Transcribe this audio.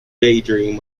daydream